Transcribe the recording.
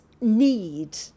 need